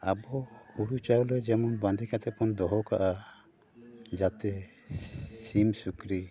ᱟᱵᱚ ᱦᱩᱲᱩ ᱪᱟᱣᱞᱮ ᱡᱮᱢᱚᱱ ᱵᱟᱺᱫᱤ ᱠᱟᱛᱮᱫ ᱵᱚᱱ ᱫᱚᱦᱚ ᱠᱟᱜᱼᱟ ᱡᱟᱛᱮ ᱥᱤᱢ ᱥᱩᱠᱨᱤ